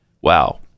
wow